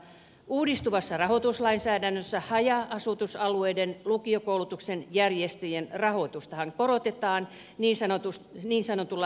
uudistuvassa rahoituslainsäädännössä haja asutusalueiden lukiokoulutuksen järjestäjien rahoitustahan korotetaan niin sanotulla syrjäisyyskertoimella